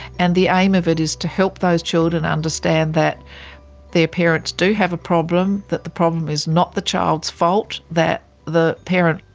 and the aim of it is to help those children understand that their parents do have a problem, that the problem is not the child's fault, that the parent,